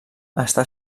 està